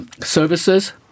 services